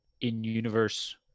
in-universe